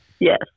Yes